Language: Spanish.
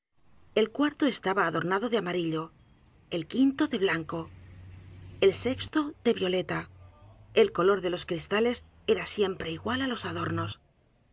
el cuarto estaba adornado de a m a r i l l o el quinto de blanco el sexto de violeta el color de los cristales era siempre igual á los adornos